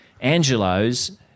Angelo's